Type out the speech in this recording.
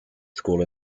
school